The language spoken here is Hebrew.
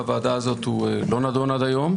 בוועדה הזאת הוא לא נדון עד היום,